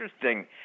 interesting